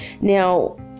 Now